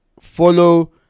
follow